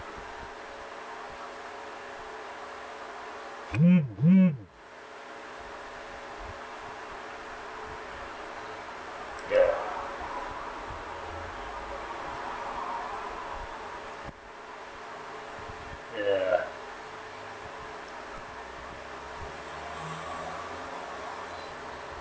ya ya